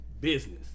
business